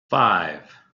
five